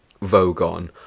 Vogon